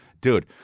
dude